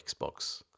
Xbox